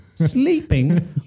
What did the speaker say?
Sleeping